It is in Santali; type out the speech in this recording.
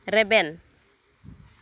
ᱨᱮᱵᱮᱱ